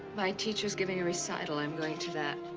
my teacher's giving a recital. i'm going to that.